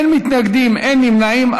אין מתנגדים, אין נמנעים.